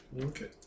Okay